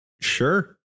Sure